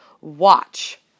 watch